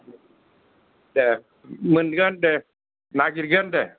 दे मोनगोन दे नागिरगोन दे